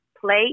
play